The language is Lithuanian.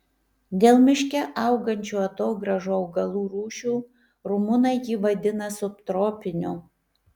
dėl miške augančių atogrąžų augalų rūšių rumunai jį vadina subtropiniu